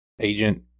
agent